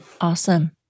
Awesome